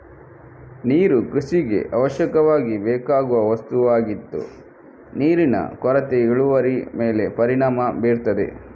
ನೀರು ಕೃಷಿಗೆ ಅವಶ್ಯಕವಾಗಿ ಬೇಕಾಗುವ ವಸ್ತುವಾಗಿದ್ದು ನೀರಿನ ಕೊರತೆ ಇಳುವರಿ ಮೇಲೆ ಪರಿಣಾಮ ಬೀರ್ತದೆ